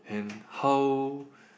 and how